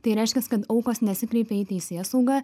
tai reiškias kad aukos nesikreipia į teisėsaugą